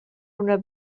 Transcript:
una